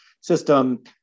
system